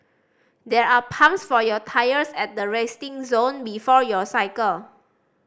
there are pumps for your tyres at the resting zone before you cycle